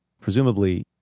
presumably